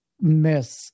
miss